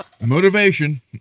Motivation